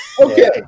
Okay